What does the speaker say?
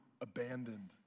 abandoned